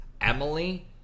Emily